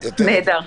נהדר.